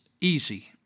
easy